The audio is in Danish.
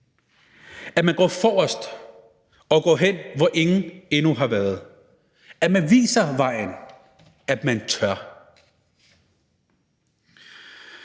at man går forrest og går hen, hvor endnu ingen har været, at man viser vejen, og at man tør,